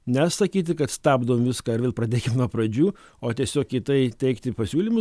ne sakyti kad stabdom viską ir vėl pradėkim nuo pradžių o tiesiog į tai teikti pasiūlymus